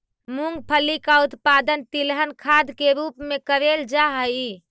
मूंगफली का उत्पादन तिलहन खाद के रूप में करेल जा हई